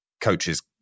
coaches